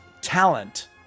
talent